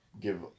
give